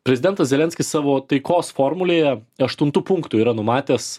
prezidentas zelenskis savo taikos formulėje aštuntu punktu yra numatęs